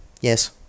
Yes